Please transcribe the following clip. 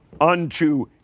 unto